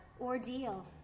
ordeal